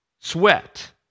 sweat